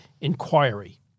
inquiry